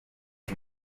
ubu